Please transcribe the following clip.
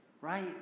Right